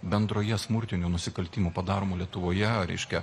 bendroje smurtinių nusikaltimų padaromų lietuvoje reiškia